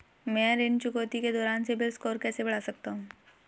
मैं ऋण चुकौती के दौरान सिबिल स्कोर कैसे बढ़ा सकता हूं?